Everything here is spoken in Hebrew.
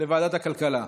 לוועדת הכלכלה.